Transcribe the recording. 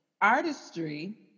artistry